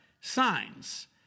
Signs